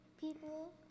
people